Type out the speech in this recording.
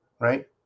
Right